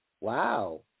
Wow